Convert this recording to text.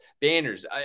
banners